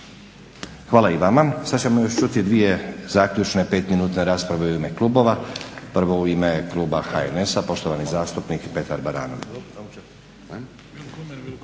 Hvala i vama. Sad ćemo još čuti 2 zaključne 5 minutne rasprave u ime klubova. Prvo u ime kluba HNS-a poštovani zastupnik Petar Baranović.